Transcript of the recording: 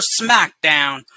SmackDown